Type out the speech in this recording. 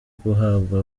guhabwa